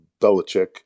Belichick